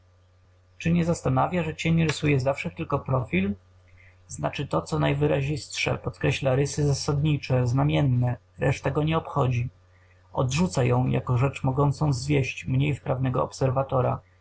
czy nie zastanawia że cień rysuje zawsze tylko profil znaczy to co najwyrazistsze podkreśla rysy zasadnicze znamienne reszta go nie obchodzi odrzuca ją jako rzecz mogącą zwieść mniej wprawnego obserwatora